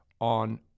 on